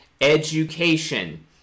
education